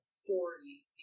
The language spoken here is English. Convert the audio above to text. stories